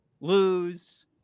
lose